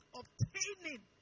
obtaining